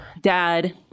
dad